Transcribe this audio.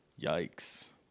Yikes